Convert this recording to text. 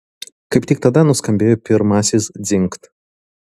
kaip tik tada nuskambėjo pirmasis dzingt